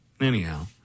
Anyhow